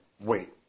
wait